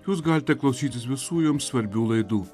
jūs galite klausytis visų jums svarbių laidų